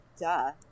duh